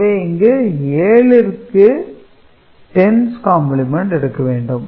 எனவே இங்கு 7 ற்கு 10's கம்பிளிமெண்ட் எடுக்க வேண்டும்